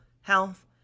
health